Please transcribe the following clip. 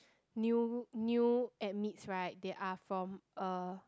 new new admits right they are from a